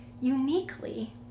uniquely